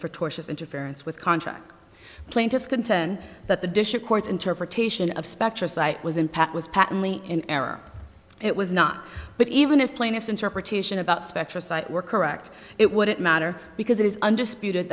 for tortious interference with contract plaintiffs contend that the district court's interpretation of spectra site was impact was patently in error it was not but even if plaintiff's interpretation about spectra site were correct it wouldn't matter because it is undisputed